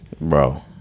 bro